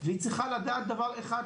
והיא צריכה לדעת דבר אחד,